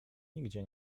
nigdzie